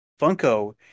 Funko